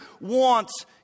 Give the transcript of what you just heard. wants